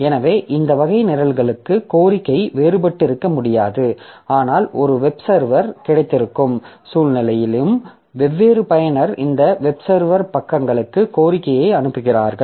எனவே இந்த வகை நிரல்களுக்கு கோரிக்கை வேறுபட்டஇருக்க முடியாது ஆனால் ஒரு வெப் சர்வர் கிடைத்திருக்கும் சூழ்நிலையையும் வெவ்வேறு பயனர்கள் இந்த வெப் சர்வர் பக்கங்களுக்கு கோரிக்கையை அனுப்புகிறார்கள்